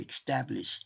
established